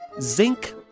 zinc